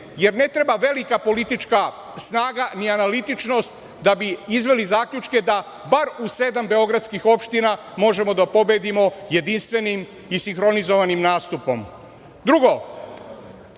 jer ne treba velika politička snaga, ni analitičnost da bi izveli zaključke da bar u sedam beogradskih opština možemo da pobedimo jedinstvenim i sinhronizovanim nastupom. Drugo,